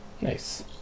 Nice